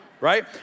right